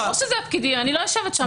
ברור שזה הפקידים, אני לא יושבת שם.